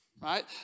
right